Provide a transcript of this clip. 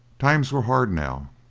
times were hard, now,